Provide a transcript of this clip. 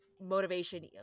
Motivation